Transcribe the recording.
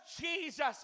Jesus